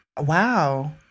wow